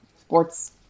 sports